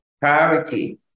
priority